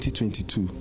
2022